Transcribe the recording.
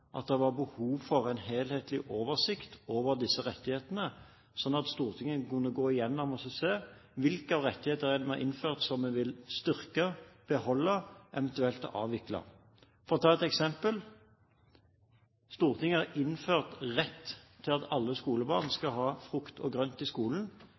at det var behov for en helhetlig oversikt over disse rettighetene, sånn at Stortinget kunne gå gjennom og se på hvilke rettigheter vi har innført som vi vil styrke og beholde, eventuelt avvikle. For å ta et eksempel: Stortinget har innført en rett for alle skolebarn til å få frukt og grønt i skolen,